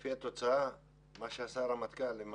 לפי התוצאה, מה שעשה הרמטכ"ל עם